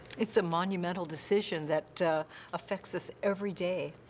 it's a monumental decision that affects us every day.